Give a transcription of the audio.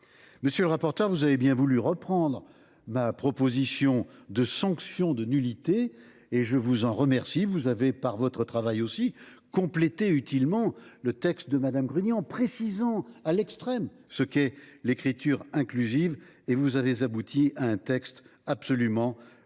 Monsieur le rapporteur, vous avez bien voulu reprendre ma proposition de sanction de nullité et je vous en remercie. Vous avez, par votre travail, complété utilement le texte de Mme Gruny, en précisant à l’extrême ce qu’est l’écriture inclusive, pour aboutir à un texte absolument remarquable.